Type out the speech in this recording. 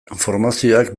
formazioak